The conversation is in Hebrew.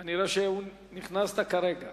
אני רואה שנכנסת כרגע.